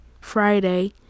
friday